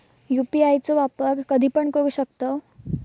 UPI चो वापर कधीपण करू शकतव?